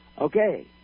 Okay